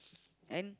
and